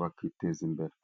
bakiteza imbere.